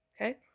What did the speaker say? Okay